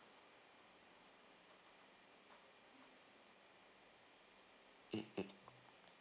mm mm